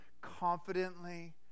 confidently